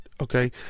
Okay